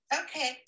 Okay